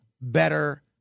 better